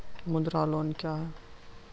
मुद्रा लोन क्या हैं?